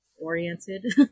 oriented